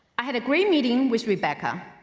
i had a great meeting with rebecca,